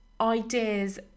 ideas